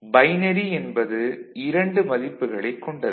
binary என்பது 2 மதிப்புகளைக் கொண்டது